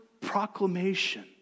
proclamation